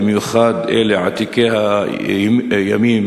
במיוחד אלה עתיקי הימים,